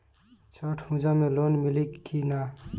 छठ पूजा मे लोन मिली की ना?